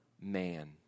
man